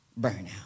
burnout